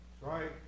Right